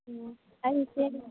ꯑꯣ ꯑꯩꯁꯦ